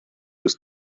ist